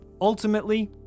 Ultimately